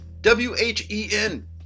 W-H-E-N